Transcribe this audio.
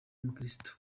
umukirisitu